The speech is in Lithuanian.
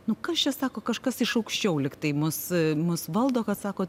nu kas čia sako kažkas iš aukščiau lyg tai mus mus valdo kad sako